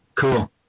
Cool